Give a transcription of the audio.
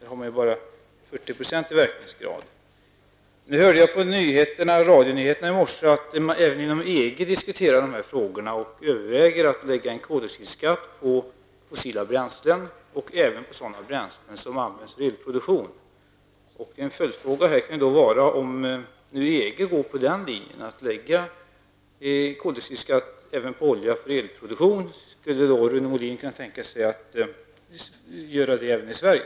Den har då bara 40 % Jag hörde på radionyheterna i morse att man även inom EG diskuterar dessa frågor och överväger att lägga koldioxidskatt på fossila bränslen och även på sådana bränslen som används för elproduktion. En följdfråga är då: Om EG lägger koldioxidskatt även på olja för elproduktion, skulle Rune Molin kunna tänka sig att göra det även i Sverige?